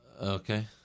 Okay